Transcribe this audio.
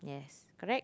yes correct